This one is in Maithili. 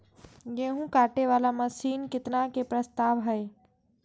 गेहूँ काटे वाला मशीन केतना के प्रस्ताव हय?